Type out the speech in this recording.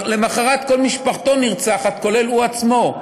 ולמחרת כל משפחתו נרצחת, כולל הוא עצמו.